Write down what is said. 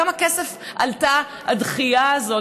כמה כסף עלתה הדחייה הזאת?